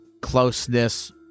closeness